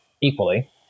equally